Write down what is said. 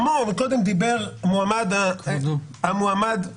כמו, מקודם דיבר מועמד, המועמד --- כבודו.